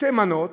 שתי מנות,